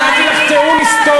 ואל תגיד, ציוני.